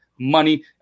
money